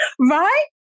right